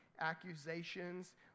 accusations